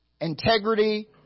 integrity